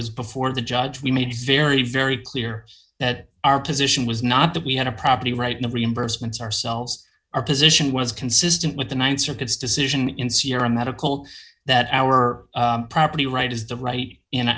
was before the judge we made very very clear that our position was not that we had a property right now reimbursements ourselves our position was consistent with the th circuit's decision in sierra medical that our property right is the right in